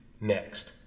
next